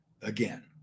again